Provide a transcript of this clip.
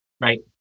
right